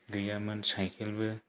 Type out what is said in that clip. गैयामोन साइकेलबो